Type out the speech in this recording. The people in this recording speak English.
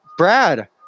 Brad